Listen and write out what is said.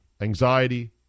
anxiety